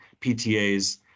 PTAs